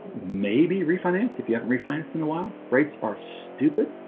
maybe refinance if you haven't refinanced in a while brakes are stupid